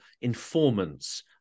informants